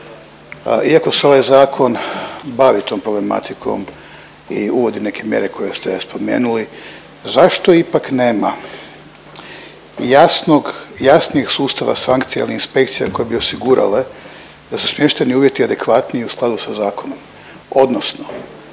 Iako se ovaj zakon bavi tom problematikom i uvodi neke mjere koje ste spomenuli, zašto ipak nema jasnog, jasnijeg sustava sankcijalnih inspekcija koje bi osigurale da su smještajni uvjeti adekvatni i u skladu sa zakonom odnosno